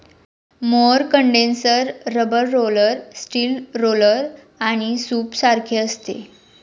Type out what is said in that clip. mower condenser rubber roller, steel roller आणि सूपसारखे असते